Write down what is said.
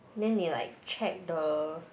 then they like check the